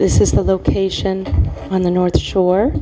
this is the location on the north shore